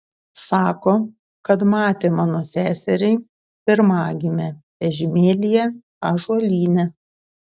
sako kad matė mano seserį pirmagimę vežimėlyje ąžuolyne